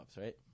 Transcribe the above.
right